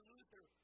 Luther